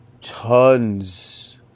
tons